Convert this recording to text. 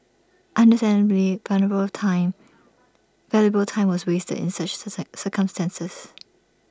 understandably valuable time valuable time was wasted in such instances